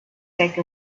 take